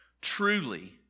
truly